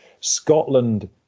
Scotland